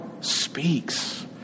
speaks